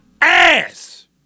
ass